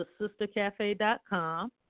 thesistercafe.com